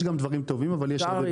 יש גם דברים טובים אבל יש הרבה ביקורת.